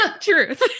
Truth